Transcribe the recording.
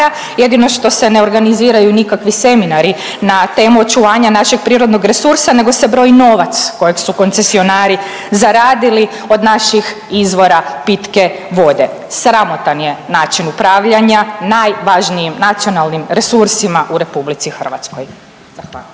jedino što se ne organiziraju nikakvi seminari na temu očuvanja našeg prirodnog resursa nego se broji novac kojeg su koncesionari zaradili od naših izvora pitke vode. Sramotan je način upravljanja najvažnijim nacionalnim resursima u RH.